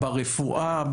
ברפואה,